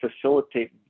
facilitate